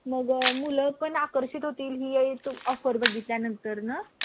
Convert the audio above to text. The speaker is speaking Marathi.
मग मुलं पण आकर्षित होतील ही तू ऑफर बघितल्यानंतरनं